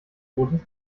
bootes